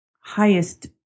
highest